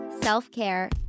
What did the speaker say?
self-care